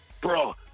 bro